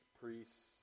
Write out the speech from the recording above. priests